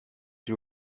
you